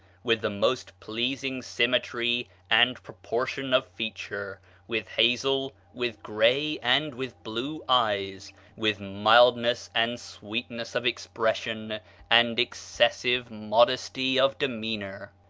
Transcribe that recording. with the most pleasing symmetry and proportion of feature with hazel, with gray, and with blue eyes with mildness and sweetness of expression and excessive modesty of demeanor,